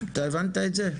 אתה הבנת את זה?